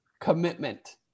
commitment